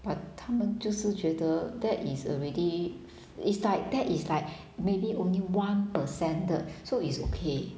but 他们就是觉得 that is already it's like that is like maybe only one percent 的 so it's okay